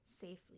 safely